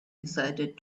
decided